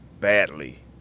badly